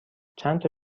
چندتا